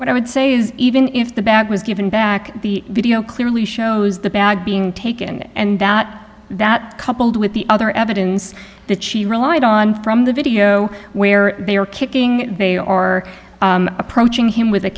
but i would say is even if the bag was given back the video clearly shows the bag being taken and that that coupled with the other evidence that she relied on from the video where they were kicking me or approaching him with a